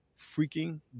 freaking